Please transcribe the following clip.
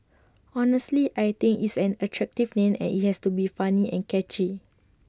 honestly I think it's an attractive name and IT has to be funny and catchy